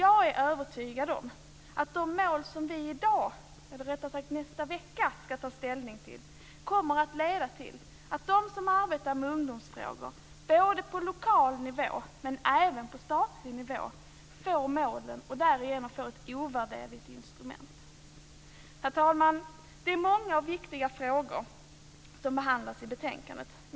Jag är övertygad om att de mål som vi i dag - eller rättare sagt nästa vecka - ska ta ställning till kommer att leda till att de som arbetar med ungdomsfrågor både på lokal nivå, men även på statlig nivå, får mål och därmed ett ovärderligt instrument att arbeta mot. Herr talman! Det är många och viktiga frågor som behandlas i betänkandet.